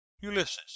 ulysses